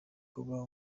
kuba